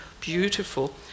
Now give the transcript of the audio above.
beautiful